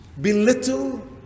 belittle